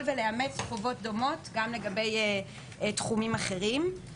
ולאמץ חובות דומות גם לגבי תחומים אחרים.